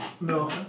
No